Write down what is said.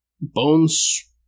Bones